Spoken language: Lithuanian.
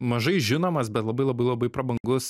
mažai žinomas bet labai labai labai prabangus